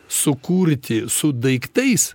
sukurti su daiktais